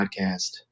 podcast